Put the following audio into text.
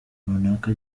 runaka